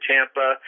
Tampa